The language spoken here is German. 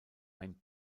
ein